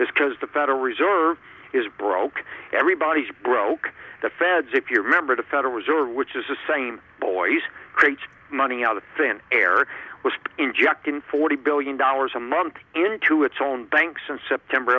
this because the federal reserve is broke everybody's broke the feds if you remember the federal reserve which is the same voice creates money out of thin air was injecting forty billion dollars a month into its owned banks in september